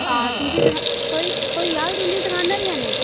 आं तुं'दी थ्होई थ्होई जाहाग तुंदी दकाना पर जां नेईं